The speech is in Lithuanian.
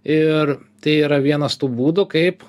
ir tai yra vienas tų būdų kaip